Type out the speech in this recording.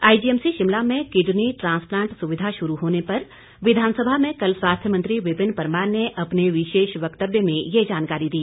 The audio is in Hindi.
आईजीएमसी शिमला में किडनी ट्रांसप्लांट सुविधा शुरू होने पर विधानसभा में कल स्वास्थ्य मंत्री विपिन परमार ने अपने विशेष वक्तव्य में यह जानकारी दी